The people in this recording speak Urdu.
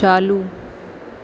چالو